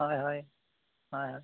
ᱦᱳᱭ ᱦᱳᱭ ᱦᱳᱭ